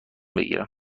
بگیرم